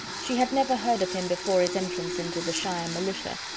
she had never heard of him before his entrance into the shire militia,